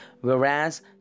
Whereas